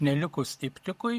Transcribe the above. nelikus iptikui